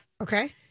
okay